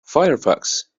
firefox